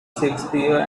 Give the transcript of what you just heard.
shakespeare